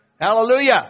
Hallelujah